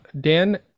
Dan